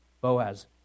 Boaz